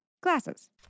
Glasses